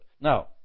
Now